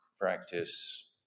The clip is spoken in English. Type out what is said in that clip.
practice